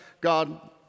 God